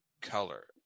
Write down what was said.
color